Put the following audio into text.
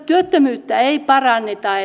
työttömyyttä ei paranneta